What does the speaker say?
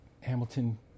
Hamilton